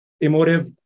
emotive